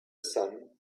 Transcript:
sun